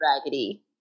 raggedy